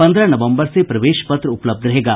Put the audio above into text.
पन्द्रह नवम्बर से प्रवेश पत्र उपलब्ध रहेगा